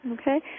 Okay